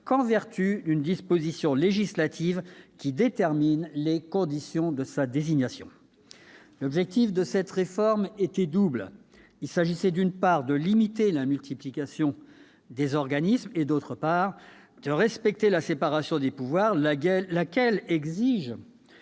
qu'en vertu d'une disposition législative qui détermine les conditions de sa désignation ». L'objectif de cette réforme était double : il s'agissait, d'une part, de limiter la multiplication des organismes et, d'autre part, de respecter la séparation des pouvoirs, laquelle exige